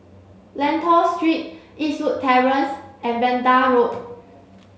Lentor Street Eastwood Terrace and Vanda Road